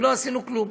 ולא עשינו כלום.